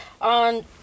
on